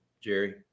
Jerry